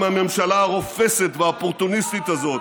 הממשלה הרופסת והאופורטוניסטית הזאת,